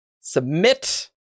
submit